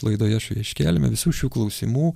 laidoje iškėlėme visų šių klausimų